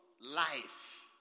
Life